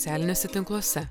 socialiniuose tinkluose